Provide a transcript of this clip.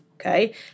okay